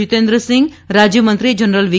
જિતેન્દ્રસિંઘ રાજ્યમંત્રી જનરલ વી